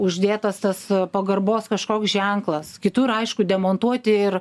uždėtas tas pagarbos kažkoks ženklas kitur aišku demontuoti ir